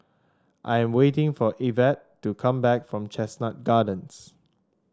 I am waiting for Evette to come back from Chestnut Gardens